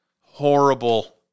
Horrible